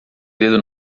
dedo